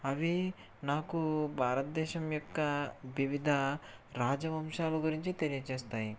అవి నాకు భారతదేశం యొక్క వివిధ రాజవంశాల గురించి తెలియజేస్తాయి